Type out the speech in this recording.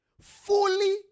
fully